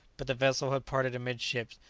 but the vessel had parted amidships,